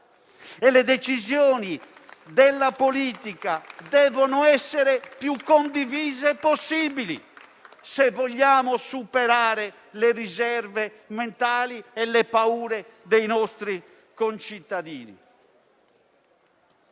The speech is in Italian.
Le decisioni della politica devono essere più condivise possibili se vogliamo superare le riserve mentali e le paure dei nostri concittadini.